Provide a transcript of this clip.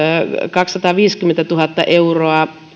kaksisataaviisikymmentätuhatta euroa